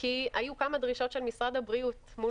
כי היו כמה דרישות של משרד הבריאות מול